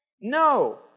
No